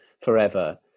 forever